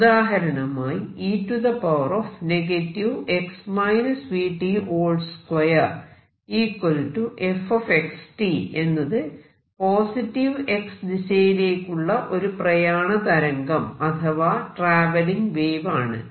ഉദാഹരണമായി എന്നത് positive X ദിശയിലേക്കുള്ള ഒരു പ്രയാണ തരംഗം അഥവാ ട്രാവെല്ലിങ് വേവ് ആണ്